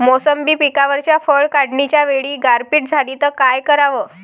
मोसंबी पिकावरच्या फळं काढनीच्या वेळी गारपीट झाली त काय कराव?